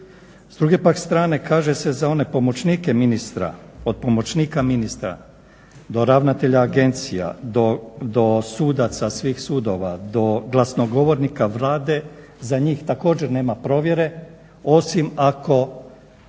S druge pak strane kaže se za one pomoćnike ministra od pomoćnika ministra do ravnatelja agencija do sudaca svih sudova, do glasnogovornika Vlade za njih također nema provjere osim ako